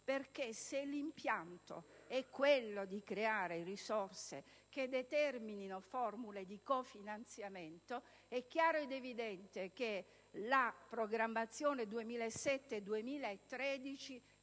se l'impianto è quello di creare risorse che determinino formule di cofinanziamento, è chiaro ed evidente che la programmazione 2007-2013